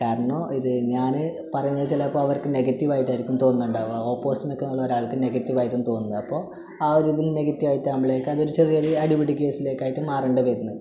കാരണം ഇത് ഞാൻ പറയുന്നത് ചിലപ്പോൾ അവർക്ക് നെഗറ്റീവ് ആയിട്ടായിരിക്കും തോന്നുന്നുണ്ടാവുക ഓപ്പോസിറ്റ് നിൽക്കുന്നുള്ള ഒരാൾക്ക് നെഗറ്റീവ് ആയിട്ടാവും തോന്നുന്നത് അപ്പോൾ ആ ഒരു ഇതിൽ നെഗറ്റീവ് ആയിട്ടാവുമ്പോഴേക്ക് അതൊരു ചെറിയ ഒരു അടിപിടി കേസിലേക്ക് ആയിട്ട് മാറേണ്ടി വരുന്നത്